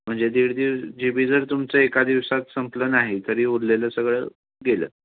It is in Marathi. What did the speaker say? म्हणजे दीड जी बी जर तुमचं एका दिवसात संपलं नाही तरी उरलेलं सगळं गेलं